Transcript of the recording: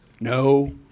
No